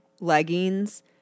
leggings